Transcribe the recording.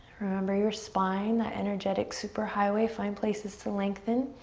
remember your spine, that energetic superhighway. find places to lengthen.